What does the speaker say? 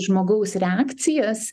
žmogaus reakcijas